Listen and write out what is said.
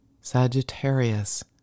Sagittarius